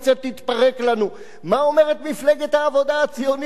מה אומרת מפלגת העבודה הציונית שהקימה את המדינה,